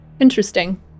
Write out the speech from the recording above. Interesting